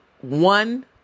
one